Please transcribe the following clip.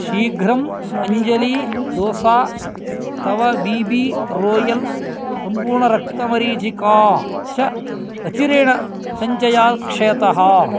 शीघ्रम् अञ्जली दोसा तव बी् बी रोयल् सम्पूर्णरक्तमरीचिका च अचिरेण सञ्चयात् क्षयतः